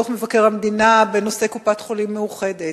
דוח מבקר המדינה בנושא קופת-חולים "מאוחדת".